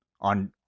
on